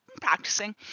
practicing